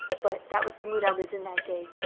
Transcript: but that was the mood i was in that day.